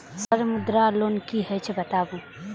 Sir Mudra loan की हे छे बताबू?